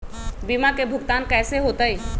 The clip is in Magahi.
बीमा के भुगतान कैसे होतइ?